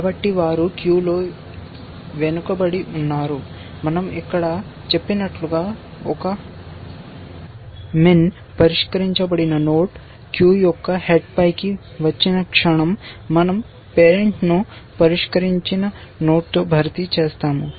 కాబట్టి వారు క్యూలో వెనుకబడి ఉన్నారు మనం ఇక్కడ చెప్పినట్లుగా ఒక min పరిష్కరించబడిన నోడ్ క్యూ యొక్క హెడ్ పైకి వచ్చిన క్షణం మనం పేరెంట్ను పరిష్కరించిన నోడ్తో భర్తీ చేస్తాము